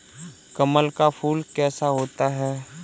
कमल का फूल कैसा होता है?